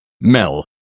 Mel